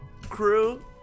crew